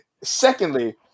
Secondly